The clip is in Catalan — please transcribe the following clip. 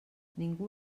ningú